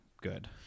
good